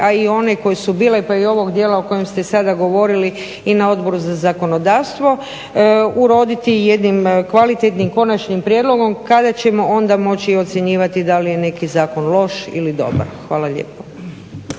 a i one koje su bile pa i ovog dijela o kojem ste sada govorili i na Odboru za zakonodavstvo uroditi jednim kvalitetnim, konačnim prijedlogom kada ćemo onda moći ocjenjivati da li je neki zakon loš ili dobar. Hvala lijepo.